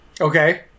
Okay